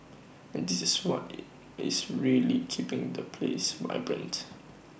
and this is what is is really keeping the place vibrant